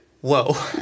Whoa